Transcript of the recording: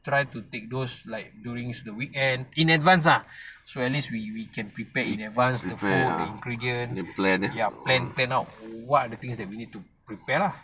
try to take those like during the weekend in advance lah so at least we we can prepare in advance the food the ingredient ya plan plan out what are the things that we need to prepare lah